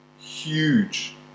huge